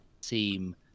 seem